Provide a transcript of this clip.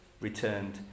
returned